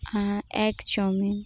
ᱮᱜᱽ chowmein